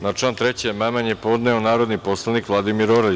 Na član 3. amandman je podneo narodni poslanik Vladimir Orlić.